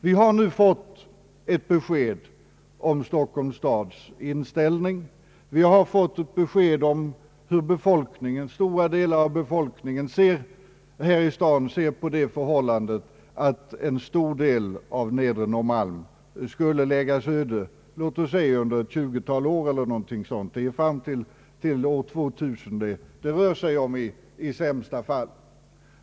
Vi har nu fått ett besked om Stockholms stads inställning och om hur stora delar av befolkningen här i staden ser på det förhållandet att en stor del av Nedre Norrmalm skulle läggas öde låt oss säga under ett 20-tal år, eller fram till år 2000 som det i värsta fall kan röra sig om.